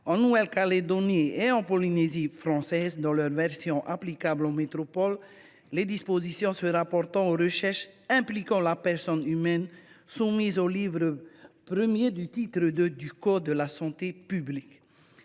en Nouvelle Calédonie et en Polynésie française, dans leur version applicable en métropole, les dispositions se rapportant aux recherches impliquant la personne humaine soumises au livre I du titre II du code de la santé publique.